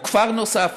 או כפר נוסף,